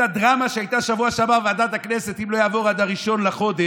בדרמה שהייתה בשבוע שעבר בוועדת הכנסת אם לא יעבור עד 1 לחודש,